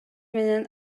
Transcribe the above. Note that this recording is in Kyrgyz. менен